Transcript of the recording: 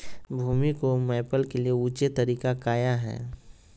भूमि को मैपल के लिए ऊंचे तरीका काया है?